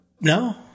No